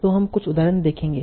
तो हम कुछ उदाहरण देखेंगे